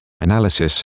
analysis